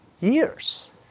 years